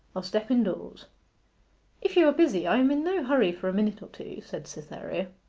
i'll step indoors if you are busy i am in no hurry for a minute or two said cytherea.